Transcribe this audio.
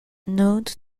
note